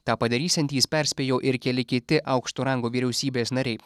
tą padarysiantys perspėjo ir keli kiti aukšto rango vyriausybės nariai